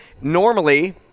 normally